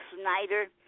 Snyder